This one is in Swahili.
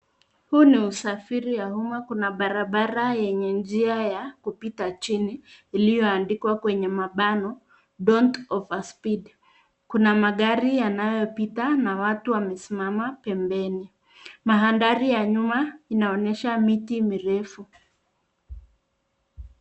Huu ni usafiri wa uma. Kuna barabara yenye njia ya kupita chini iliyoandikwa kwenye mabano don't over speed . Kuna magari yanayopita na watu wamesimama pendeni. Mandhari ya nyuma inaonyesha miti mirefu.